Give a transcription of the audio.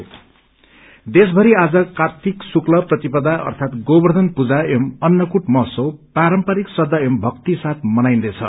गोर्वथन देशभरि आज कार्तिक शुक्ल प्रतिपदा अर्थात गोर्वयन एवं अननकुट महोत्सव पारम्परिक श्रदा एवं भक्ति साथ मनाईन्दैछ